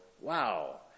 wow